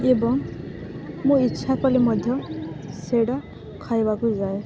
ଏବଂ ମୁଁ ଇଚ୍ଛା କଲେ ମଧ୍ୟ ସେଇଟା ଖାଇବାକୁ ଯାଏ